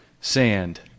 sand